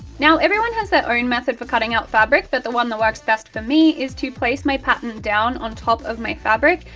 now everyone has their own method for cutting out fabric but the one that works best for me is to place my pattern down on top of my fabric,